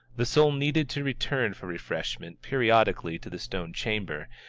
the soul needed to return for refreshment periodically to the stone chamber,